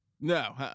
no